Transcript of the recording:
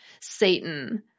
Satan